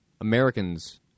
Americans